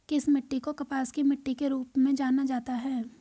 किस मिट्टी को कपास की मिट्टी के रूप में जाना जाता है?